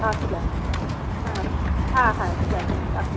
আচ্ছা হ্যাঁ হ্যাঁ হ্যাঁ স্যার রাখুন